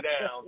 down